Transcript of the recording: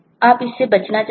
आप इससे बचना चाहेंगे